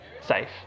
safe